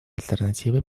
альтернативой